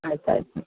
ಆಯ್ತು ಆಯಿತು